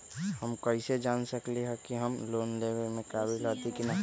हम कईसे जान सकली ह कि हम लोन लेवे के काबिल हती कि न?